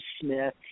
Smith